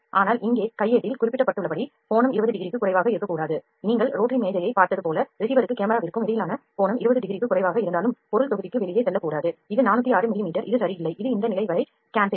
ஆனால் இங்கே கையேட்டில் குறிப்பிடப்பட்டுள்ளபடி கோணம் 20 டிகிரிக்கு குறைவாக இருக்கக்கூடாது நீங்கள் ரோட்டரி மேஜை யைப் பார்த்தது போல ரிசீவருக்கும் கேமராவிற்கும் இடையிலான கோணம் 20 டிகிரிக்கு குறைவாக இருந்தாலும் பொருள் தொகுதிக்கு வெளியே செல்லக்கூடாது இது 406 மிமீ இது சரியில்லை இது இந்த நிலை வரை ஸ்கேன் செய்யும்